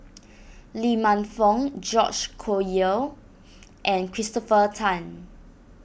Lee Man Fong George Collyer and Christopher Tan